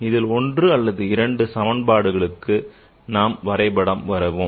இதில் ஒன்று அல்லது இரண்டு சமன்பாடுகளுக்கு வரைபடம் வரைவோம்